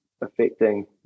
affecting